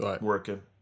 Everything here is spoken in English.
working